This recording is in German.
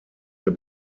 der